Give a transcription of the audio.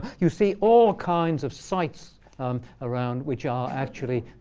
you see all kinds of sites around which are actually